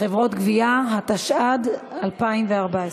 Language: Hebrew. התשע"ז 2016,